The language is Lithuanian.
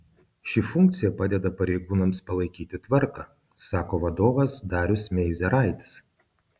ši funkcija padeda pareigūnams palaikyti tvarką sako vadovas darius meizeraitis